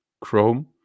Chrome